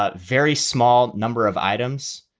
ah very small number of items.